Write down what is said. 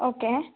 okay